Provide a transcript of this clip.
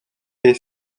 est